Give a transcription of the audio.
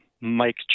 Mike